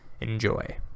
Enjoy